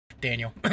Daniel